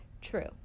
true